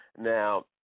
Now